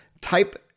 type